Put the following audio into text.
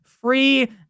free